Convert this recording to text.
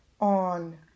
on